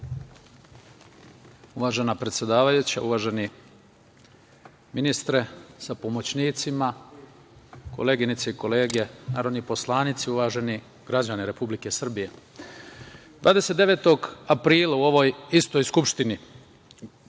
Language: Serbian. Uvažena predsedavajuća, uvaženi ministre sa pomoćnicima, koleginice i kolege narodni poslanici, uvaženi građani Republike Srbije, 29. aprila u ovoj istoj Skupštini,